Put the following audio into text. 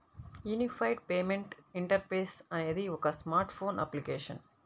unified payment interface అనేది ఒక smart phone application